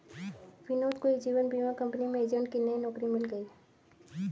विनोद को एक जीवन बीमा कंपनी में एजेंट की नई नौकरी मिल गयी